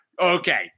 okay